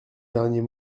dernier